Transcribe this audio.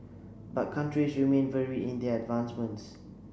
but countries remain varied in their advancements